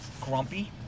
Grumpy